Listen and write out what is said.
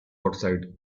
outside